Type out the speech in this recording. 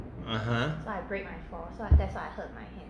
(uh huh)